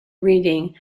reading